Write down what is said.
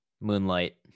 Moonlight